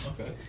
Okay